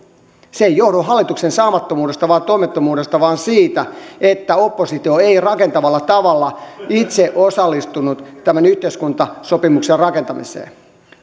se ei johdu hallituksen saamattomuudesta tai toimettomuudesta vaan siitä että oppositio ei rakentavalla tavalla itse osallistunut tämän yhteiskuntasopimuksen rakentamiseen